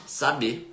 saber